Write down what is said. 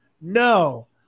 no